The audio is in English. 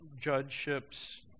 judgeships